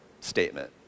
statement